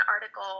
article